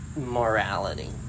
morality